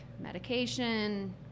medication